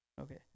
Okay